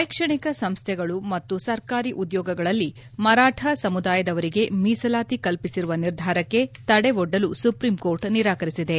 ಶ್ಲೆಕ್ಷಣಿಕ ಸಂಸ್ಥೆಗಳು ಮತ್ತು ಸರ್ಕಾರಿ ಉದ್ಲೋಗಗಳಲ್ಲಿ ಮರಾಠ ಸಮುದಾಯದವರಿಗೆ ಮೀಸಲಾತಿ ಕಲ್ಪಿಸಿರುವ ನಿರ್ಧಾರಕ್ಕೆ ತಡೆ ಒಡ್ಡಲು ಸುಪ್ರೀಂಕೋರ್ಟ್ ನಿರಾಕರಿಸಿದೆ